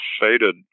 faded